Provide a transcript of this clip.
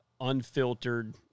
unfiltered